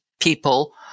people